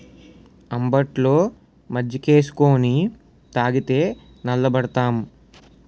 అంబట్లో మజ్జికేసుకొని తాగితే సల్లబడతాం